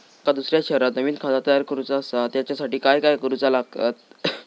माका दुसऱ्या शहरात नवीन खाता तयार करूचा असा त्याच्यासाठी काय काय करू चा लागात?